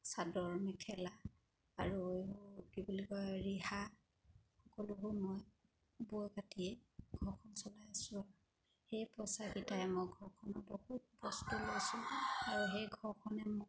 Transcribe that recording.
চাদৰ মেখেলা আৰু কি বুলি কয় ৰিহা সকলোবোৰ মই বৈ বাতিয়ে ঘৰখন চলাই আছোঁ আৰু সেই পইচাকেইটাই মই ঘৰখনত বহুত বস্তু লৈছোঁ আৰু সেই ঘৰখনে মোক